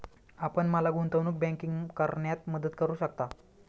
आपण मला गुंतवणूक बँकिंग करण्यात मदत करू शकता?